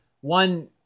one